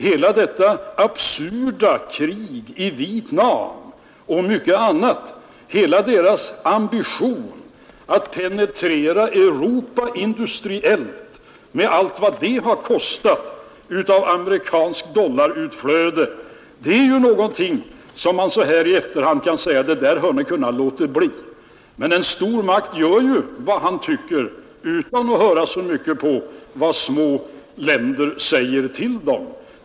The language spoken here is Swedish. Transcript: Hela detta absurda krig i Vietnam och mycket annat liksom Amerikas ambition att penetrera Europa industriellt med allt vad det kostat av amerikanskt dollarutflöde är någonting om vilket man i efterhand kan säga: Det där hade ni kunnat låta bli. Men en stor makt gör vad den tycker utan att höra så mycket på vad små länder säger.